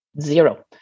zero